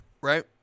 Right